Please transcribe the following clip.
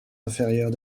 inférieure